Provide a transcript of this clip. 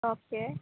okay